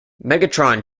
megatron